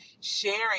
sharing